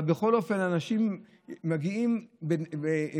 אבל בכל אופן אנשים מגיעים בנסיעה,